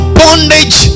bondage